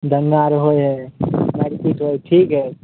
दङ्गा आओर होइ हइ मारिपीटि होइ हइ ठीक हइ